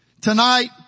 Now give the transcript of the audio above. Tonight